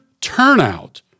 turnout